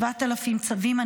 אני מוציא 7,000 צווים,